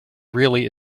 really